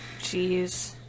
Jeez